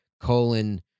colon